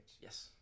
Yes